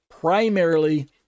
primarily